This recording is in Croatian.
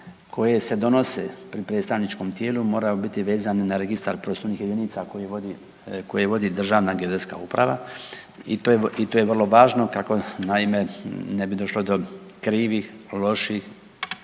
koje se donese pri predstavničkom tijelu moraju biti vezane na Registar prostornih jedinica koje vodi Državna geodetska uprava i to je vrlo važno kako naime ne bi došlo do krivih, loših